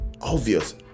obvious